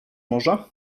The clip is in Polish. może